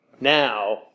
Now